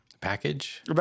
Package